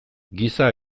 giza